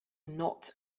not